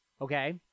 Okay